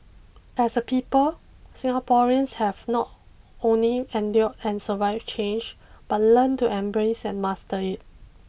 as a people Singaporeans have not only endured and survived change but learned to embrace and master it